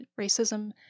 racism